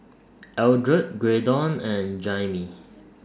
Eldred Graydon and Jaimee